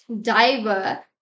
diver